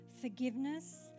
forgiveness